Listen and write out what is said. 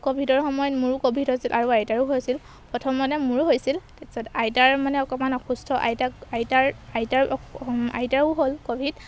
ক'ভিডৰ সময়ত মোৰো ক'ভিড হৈছিল আৰু আইতাৰো হৈছিল প্ৰথমতে মোৰো হৈছিল তাৰপিছত আইতাৰ মানে অকণমান অসুস্থ আইতাক আইতাৰ আইতাৰ আইতাৰো হ'ল ক'ভিড